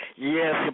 Yes